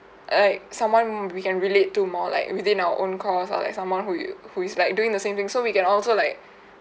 like someone we can relate to more like within our own course or like someone who you who is like doing the same thing so we can also like